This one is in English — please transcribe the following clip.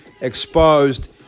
exposed